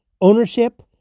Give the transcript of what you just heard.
ownership